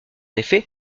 effet